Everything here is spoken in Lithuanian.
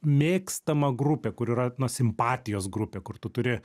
mėgstama grupė kur yra na simpatijos grupė kur tu turi